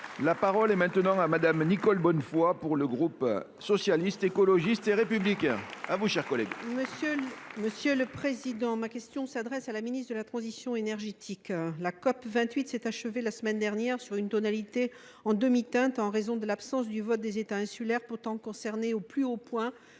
La parole est à Mme Nicole Bonnefoy, pour le groupe Socialiste, Écologiste et Républicain. Monsieur le président, ma question s’adresse à Mme la ministre de la transition énergétique. La COP28 s’est achevée la semaine dernière sur une tonalité en demi teinte en l’absence du vote des États insulaires, pourtant concernés au plus haut point